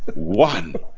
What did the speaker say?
one.